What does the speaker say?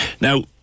Now